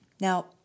Now